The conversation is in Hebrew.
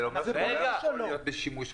זה אומר שזה לא יכול להיות בשימוש עצמי.